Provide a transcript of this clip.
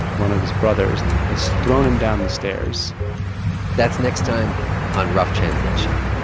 one of his brothers has thrown him down the stairs that's next time on rough translation.